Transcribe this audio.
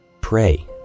Pray